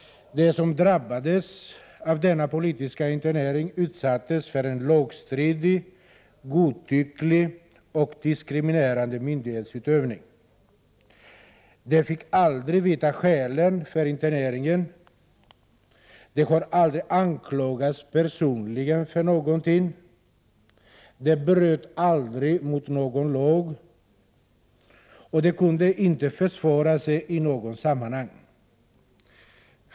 De som drabbades av denna politiska internering utsattes för en lagstridig, godtycklig och diskriminerande myndighetsutövning. De fick aldrig veta skälen för interneringen. De anklagades aldrig personligen för någonting. De bröt aldrig mot någon lag, och de kunde inte försvara sig i något sammanhang.